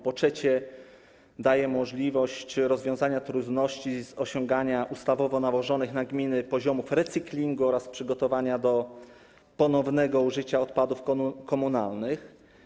Po trzecie, daje możliwość rozwiązania trudności w osiąganiu ustawowo nałożonych na gminy poziomów recyklingu oraz przygotowania do ponownego użycia odpadów komunalnych.